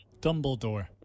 Dumbledore